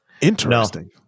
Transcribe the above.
Interesting